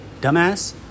dumbass